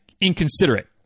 inconsiderate